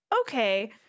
Okay